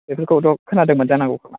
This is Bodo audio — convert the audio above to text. बेफोरखौथ' खोनादोंमोनखोमा